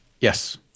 Yes